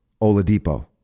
Oladipo